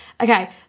Okay